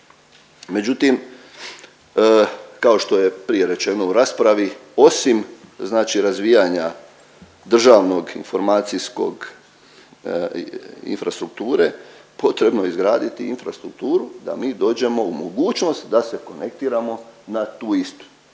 međutim kao što je prije rečeno u raspravi, osim znači razvijanja državnog informacijskog infrastrukture potrebno je izgraditi infrastrukturu da mi dođemo u mogućnost da se konektiramo na tu istu